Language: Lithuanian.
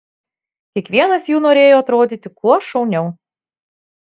kiekvienas jų norėjo atrodyti kuo šauniau